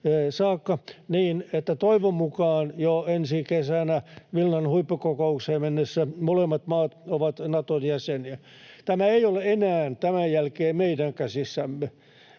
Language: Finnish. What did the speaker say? saakka niin, että toivon mukaan jo ensi kesänä Vilnan huippukokoukseen mennessä molemmat maat ovat Naton jäseniä. Tämä ei ole enää tämän jälkeen meidän käsissämme,